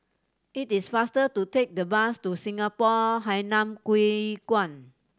it is faster to take the bus to Singapore Hainan Hwee Kuan